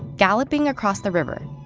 galloping across the river.